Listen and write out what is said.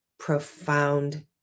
profound